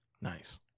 Nice